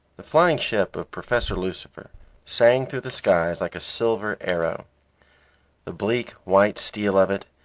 the flying ship of professor lucifer sang through the skies like a silver arrow the bleak white steel of it,